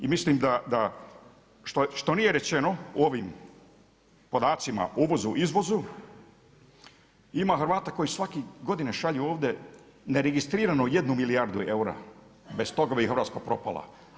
I mislim da što nije rečeno u ovim podacima o uvozu8 i izvozu, ima Hrvata koji svake godine šalju ovdje neregistriranu 1 milijardu eura, bez toga bi Hrvatska propala.